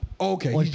Okay